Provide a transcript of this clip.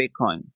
Bitcoin